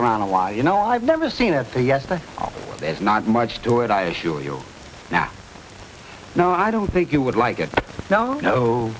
around a while you know i've never seen it so yes but there's not much to it i assure you now no i don't think you would like it no no